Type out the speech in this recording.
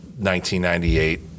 1998